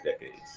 decades